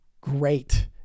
great